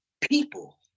people